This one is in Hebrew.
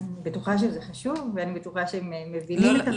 אני בטוחה שזה חשוב ואני בטוחה שהם מבינים את החשיבות,